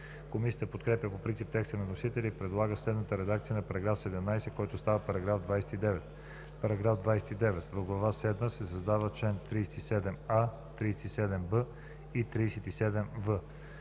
Комисията подкрепя по принцип текста на вносителя и предлага следната редакция на § 17, който става § 29: „§ 29. В глава седма се създават чл. 37а, 37б и 37в: